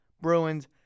Bruins